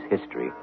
history